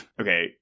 Okay